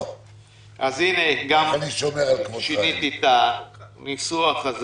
שיניתי את הניסוח.